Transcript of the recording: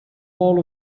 all